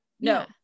no